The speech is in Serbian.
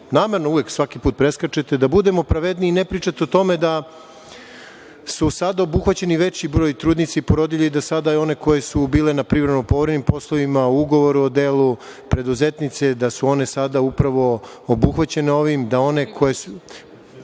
namerno, uvek, svaki put preskačete, da budemo pravedniji, ne pričate o tome da je sada obuhvaćen veći broj trudnica i porodilja i da sada i one koje su bile na privremeno-povremenim poslovima o ugovoru u delu, preduzetnice, da su one sada upravo obuhvaćene ovim, poljoprivrednice.